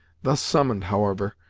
thus summoned, however,